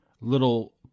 little